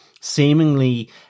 seemingly